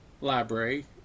Library